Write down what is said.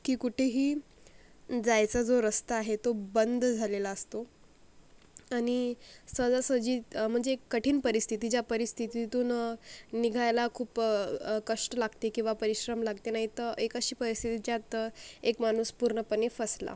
की कुठेही जायचा जो रस्ता आहे तो बंद झालेला असतो आणि सहजासहजी तर म्हणजे एक कठीण परिस्थिती ज्या परिस्थितीतून निघायला खूप कष्ट लागते किंवा परिश्रम लागते नाहीे तर एक अशी परिस्थिती ज्यात एक माणूस पूर्णपणे फसला